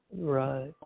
Right